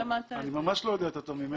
אני ממש לא יודע יותר טוב ממך.